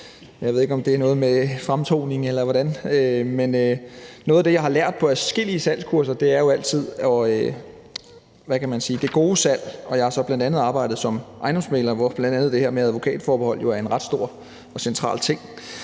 Jeg ved ikke, om det er noget med fremtoningen eller hvordan, men noget af det, jeg har lært på adskillige salgskurser, er jo altid, hvad man kan sige, det gode salg, og jeg har så bl.a. arbejdet som ejendomsmægler, hvor bl.a. det her med advokatforbehold jo er en ret stor og central ting.